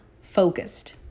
focused